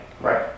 Right